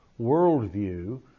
worldview